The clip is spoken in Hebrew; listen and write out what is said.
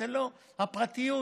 הפרטיות,